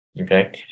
Okay